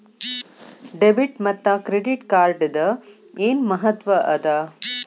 Debit ಮತ್ತ credit ಕಾರ್ಡದ್ ಏನ್ ಮಹತ್ವ ಅದ?